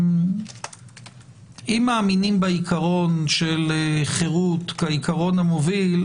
אם מאמינים בעיקרון של חירות כעיקרון המוביל,